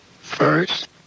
first